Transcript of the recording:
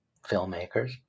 filmmakers